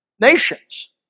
Nations